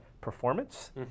performance